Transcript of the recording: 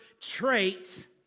trait